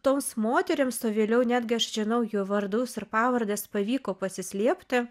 toms moterims o vėliau netgi aš žinau jų vardus ir pavardes pavyko pasislėpti